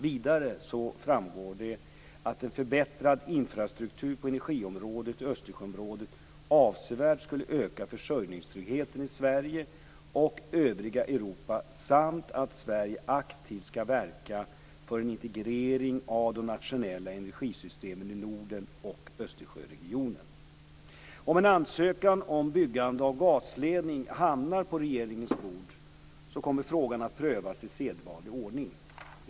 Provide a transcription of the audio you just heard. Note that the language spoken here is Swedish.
Vidare framgår det att en förbättrad infrastruktur på energiområdet i Östersjöområdet avsevärt skulle öka försörjningstryggheten i Sverige och övriga Europa samt att Sverige aktivt skall verka för en integrering av de nationella energisystemen i Norden och Om en ansökan om byggande av gasledning hamnar på regeringens bord kommer frågan att prövas i sedvanlig ordning.